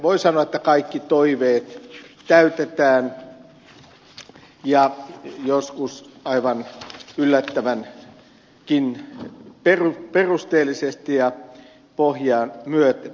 voi sanoa että kaikki toiveet täytetään ja joskus aivan yllättävänkin perusteellisesti ja pohjaa myöten